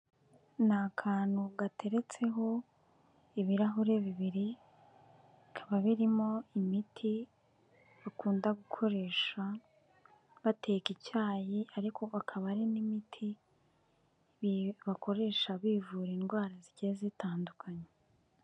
Ni'akantu gateretseho ibirahure bibiri bikaba birimo imiti bakunda gukoresha bateka icyayi ariko bakaba ari n'imiti bakoresha bivura indwara zigiye zitandukanye.